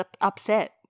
upset